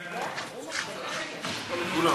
כולם?